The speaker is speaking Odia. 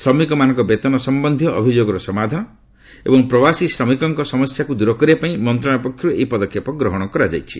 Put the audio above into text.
ଶ୍ରମିକମାନଙ୍କ ବେତନ ସମ୍ଭନ୍ଧୀୟ ଅଭିଯୋଗର ସମାଧାନ ଏବଂ ପ୍ରବାସୀ ଶ୍ରମିକଙ୍କ ସମସ୍ୟାକୁ ଦୂର କରିବା ପାଇଁ ମନ୍ତ୍ରଶାଳୟ ପକ୍ଷରୁ ଏହି ପଦକ୍ଷେପ ଗ୍ରହଣ କରାଯାଇଛି